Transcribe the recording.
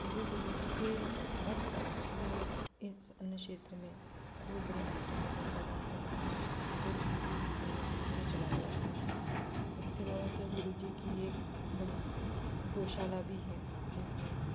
जो गुरु जी के भक्त है वह लोग इस अनुच्छेद में बहुत बड़ी मात्रा में पैसा दान करते हैं और उसी से अन्न क्षेत्र को चलाया जाता है इसके अलावा क्या गुरु जी की एक बड़ी गौशाला भी है जिसमें